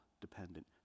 dependent